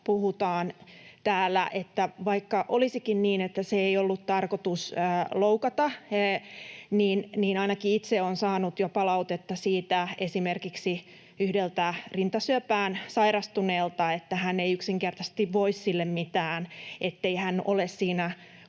puhutaan täällä. Vaikka olisikin niin, että ei ollut tarkoitus loukata, niin ainakin itse olen saanut jo palautetta siitä, esimerkiksi yhdeltä rintasyöpään sairastuneelta, että hän ei yksinkertaisesti voi sille mitään, ettei hän ole siinä